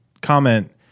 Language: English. comment –